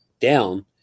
down